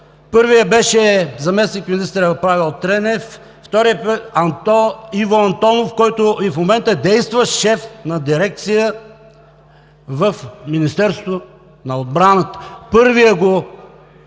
Първият беше заместник-министър Павел Тенев, вторият беше Иво Антонов, който и в момента е действащ шеф на дирекция в Министерството на отбраната.